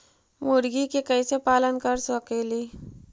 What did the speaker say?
मुर्गि के कैसे पालन कर सकेली?